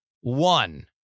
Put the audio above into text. One